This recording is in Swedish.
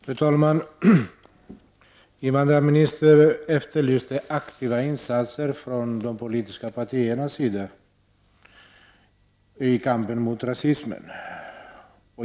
Fru talman! Invandrarministern efterlyste aktiva insatser från de politiska partiernas sida i kampen mot rasismen.